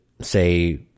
say